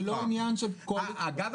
זה לא עניין של קואליציה --- אגב,